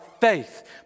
faith